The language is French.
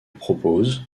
propose